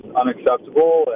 unacceptable